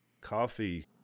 coffee